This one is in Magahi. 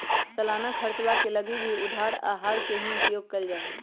सालाना खर्चवा के लगी भी उधार आहर के ही उपयोग कइल जाहई